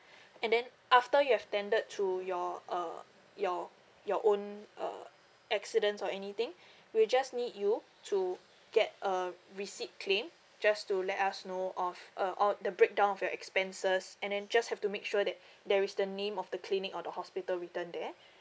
and then after you have tended to your uh your your own uh accidents or anything we'll just need you to get a receipt claim just to let us know of uh all the breakdown of your expenses and then just have to make sure that there is the name of the clinic or the hospital written there